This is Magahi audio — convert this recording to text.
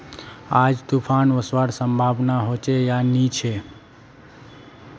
आज तूफ़ान ओसवार संभावना होचे या नी छे?